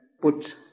put